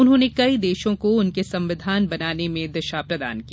उन्होंने कई देशों को उनके संविधान बनाने में दीशा प्रदान की